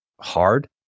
hard